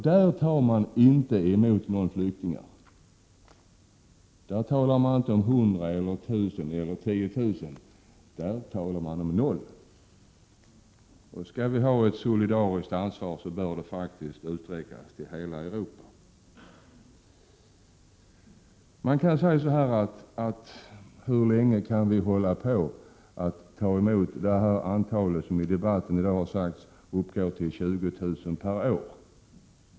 Där tar man inte emot några flyktingar alls. Där talar man inte om hundra, tusen eller tiotusen — där talar man om noll. Skall vi ha ett solidariskt ansvar, så bör det faktiskt utvidgas till hela Europa. Man kan ställa frågan: Hur länge kan vi hålla på att ta emot flyktingar till ett antal av 20 000 per år, som det har sagts i debatten här att antalet uppgår till i dag?